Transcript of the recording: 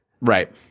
Right